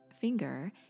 finger